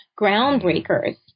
groundbreakers